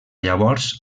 llavors